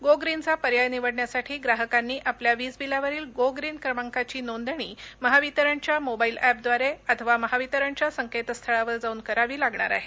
गो ग्रीनचा पर्याय निवडण्यासाठी ग्राहकांनी आपल्या वीजबिलावरील गो श्रीन क्रमांकाची नोंदणी महावितरणच्या मोबाईल एपद्वारे अथवा महावितरणच्या संकेत स्थळावर जाऊन करावी लागणार आहे